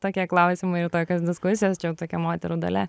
tokie klausimai ir tokios diskusijos čia tokia moterų dalia